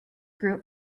group